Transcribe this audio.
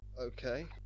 Okay